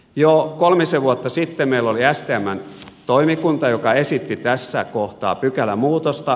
jo kolmisen vuotta sitten meillä oli stmn toimikunta joka esitti tässä kohtaa pykälämuutosta